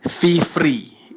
fee-free